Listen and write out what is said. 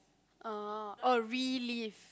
orh oh relief